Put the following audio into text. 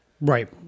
Right